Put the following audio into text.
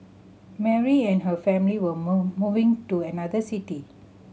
Mary and her family were move moving to another city